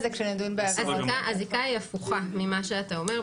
זה כשנדון --- הזיקה היא הפוכה ממה שאתה אומר.